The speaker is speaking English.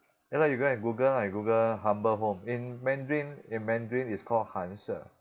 ya lah you go and google lah you google humble home in mandarin in mandarin it's called 寒舍